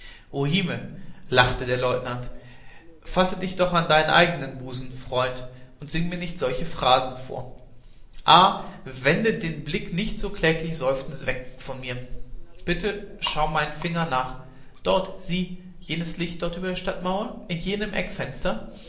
lachte der leutnant fasse dich doch an deinen eigenen busen freund und sing mir nicht solche phrasen vor ah wende den blick nicht so kläglich seufzend weg von mir bitte schau meinem finger nach dort sieh jenes licht dort über der stadtmauer in jenem erkerfenster